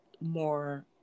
more